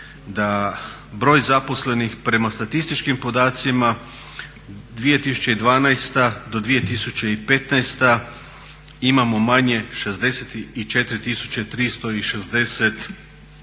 da broj zaposlenih prema statističkim podacima 2012. do 2015. imamo manje 64